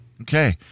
Okay